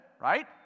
right